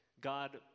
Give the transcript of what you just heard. God